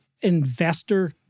investor